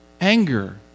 anger